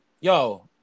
yo